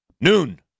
Noon